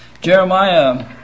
Jeremiah